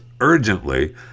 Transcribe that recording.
urgently